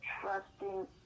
trusting